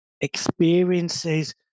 experiences